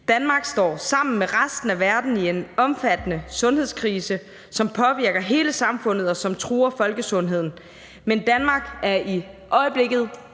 Danmark står sammen med resten af verden i en omfattende sundhedskrise, som påvirker hele samfundet, og som truer folkesundheden, men Danmark er i øjeblikket